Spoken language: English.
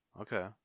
Okay